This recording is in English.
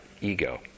ego